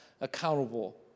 accountable